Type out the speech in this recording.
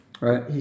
Right